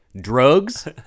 drugs